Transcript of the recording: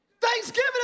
Thanksgiving